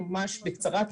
ממש בקצרה,